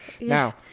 Now